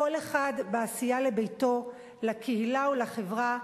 כל אחד בעשייה לביתו, לקהילה ולחברה,